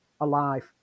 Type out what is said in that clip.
alive